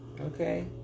Okay